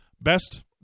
best